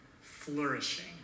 flourishing